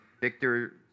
Victor